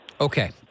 Okay